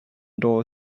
door